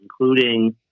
including